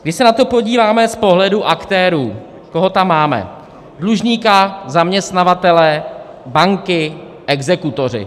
Když se na to podíváme z pohledu aktérů, koho tam máme: dlužníka, zaměstnavatele, banky, exekutory.